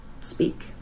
speak